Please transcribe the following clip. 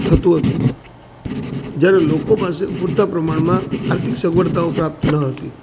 થતું હતું જ્યારે લોકો પાસે પૂરતા પ્રમાણમાં આર્થિક સગવડતાઓ પ્રાપ્ત ન હતી